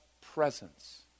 presence